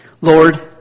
Lord